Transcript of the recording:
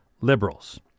liberals